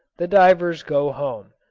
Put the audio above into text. the divers go home.